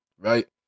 right